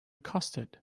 custard